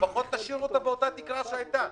לפחות תשאירו אותה באותה תקרה שהייתה.